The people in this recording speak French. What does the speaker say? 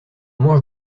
mange